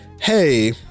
Hey